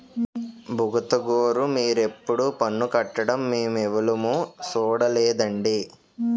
బుగతగోరూ మీరెప్పుడూ పన్ను కట్టడం మేమెవులుమూ సూడలేదండి